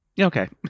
Okay